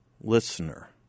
listener